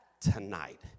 tonight